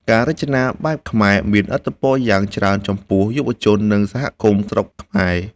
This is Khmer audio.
ការរចនាបែបខ្មែរមានឥទ្ធិពលយ៉ាងច្រើនចំពោះយុវជន និងសហគមន៍ស្រុកខ្មែរ។